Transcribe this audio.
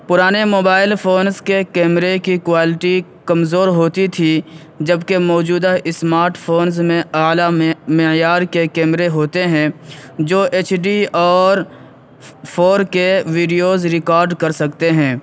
پرانے mobile phones کے کیمرے کی کوالٹی کمزور ہوتی تھی جب کہ موجودہ اسمارٹ فونز میں اعلیٰ معیار کے کیمرے ہوتے ہیں جو ایچ ڈی اور فور کے ویڈیوز ریکارڈ کر سکتے ہیں